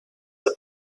the